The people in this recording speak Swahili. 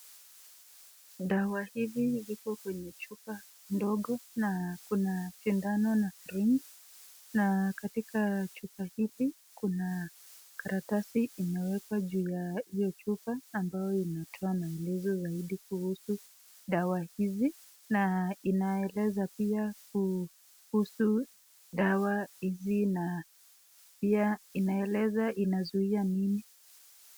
Dawa hivi viko kwenye chupa ndogo na kuna sindano na syringe[s]. Na katika chupa hivi kuna karatasi imewekwa juu ya hiyo chupa ambayo inatoa maelezo zaidi kuhusu dawa hizi. Na inaeleza pia kuhusu dawa hizi na pia inaeleza inazuia nini.